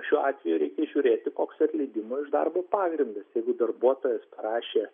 šiuo atveju reikia žiūrėti koks atleidimo iš darbo pagrindas jeigu darbuotojas parašė